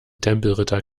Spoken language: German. tempelritter